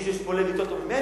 למישהו יש פה לב יותר טוב משלי?